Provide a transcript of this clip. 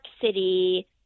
City